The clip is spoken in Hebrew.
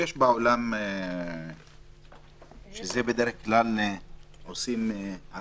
כשיש אכיפה אתם ישר --- חשוב לי להגיד שאנחנו אתמול פנינו בפנייה